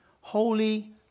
holy